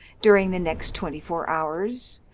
during the next twenty-four hours,